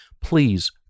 please